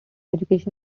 education